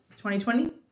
2020